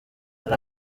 hari